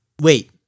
Wait